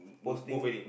posting